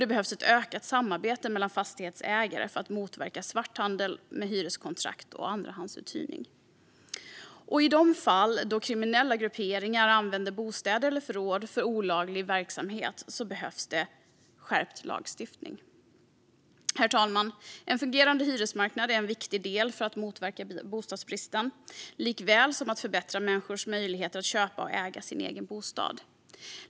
Det behövs också ett ökat samarbete mellan fastighetsägare för att motverka svarthandel med hyreskontrakt och andrahandsuthyrning. För de fall då kriminella grupperingar använder bostäder eller förråd för olaglig verksamhet behövs skärpt lagstiftning. Herr talman! En fungerande hyresmarknad är en viktig del för att motverka bostadsbristen liksom för att förbättra människors möjligheter att köpa och äga sin egen bostad.